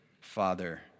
Father